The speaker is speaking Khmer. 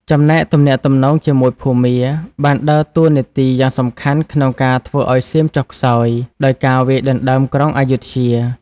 ចំណែកទំនាក់ទំនងជាមួយភូមា បានដើរតួនាទីយ៉ាងសំខាន់ក្នុងការធ្វើឱ្យសៀមចុះខ្សោយ ដោយការវាយដណ្ដើមក្រុងអយុធ្យា។